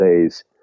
days